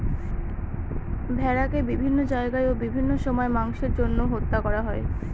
ভেড়াকে বিভিন্ন জায়গায় ও বিভিন্ন সময় মাংসের জন্য হত্যা করা হয়